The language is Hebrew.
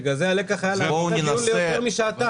בגלל זה הלקח היה להעביר את הדיון ליותר משעתיים.